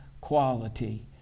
quality